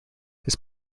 his